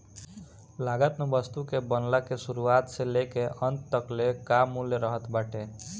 लागत में वस्तु के बनला के शुरुआत से लेके अंत तकले कअ मूल्य रहत बाटे